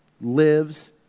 lives